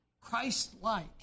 Christ-like